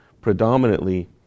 predominantly